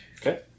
Okay